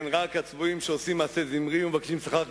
רק הצבועים, שעושים מעשה זמרי ומבקשים שכר כפנחס.